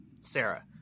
Sarah